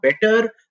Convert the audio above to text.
better